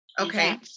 Okay